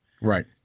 Right